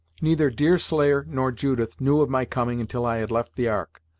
neither deerslayer nor judith knew of my coming until i had left the ark.